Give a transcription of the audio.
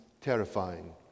terrifying